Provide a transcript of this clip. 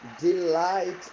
Delight